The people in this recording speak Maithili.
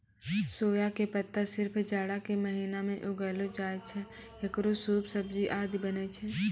सोया के पत्ता सिर्फ जाड़ा के महीना मॅ उगैलो जाय छै, हेकरो सूप, सब्जी आदि बनै छै